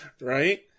Right